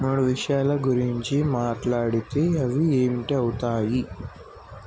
మూడు విషయాల గురించి మాట్లాడితే అవి ఏంటి అవుతాయి